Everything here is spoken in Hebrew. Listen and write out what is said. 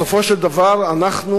בסופו של דבר אנחנו,